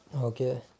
Okay